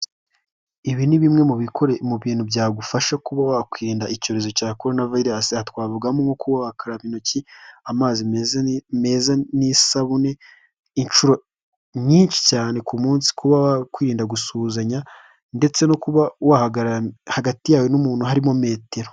Ibi ni bimwe mu bintu byagufasha kuba wakwirinda icyorezo cya corona virus, aha twavugamo nko kuba wakaraba intoki amazi meza meza n'isabune inshuro nyinshi cyane ku munsi, kuba kwirinda gusuhuzanya ndetse no kuba wahagarara hagati yawe n'umuntu harimo metero.